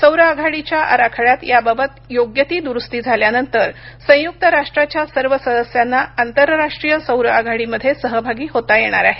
सौर आघाडीच्या आराखड्यात याबाबत योग्य ती दुरुस्ती झाल्यानंतर संयुक्त राष्ट्राच्या सर्व सदस्यांना आंतरराष्ट्रीय सौर आघाडीमध्ये सहभागी होता येणार आहे